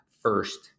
first